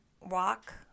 walk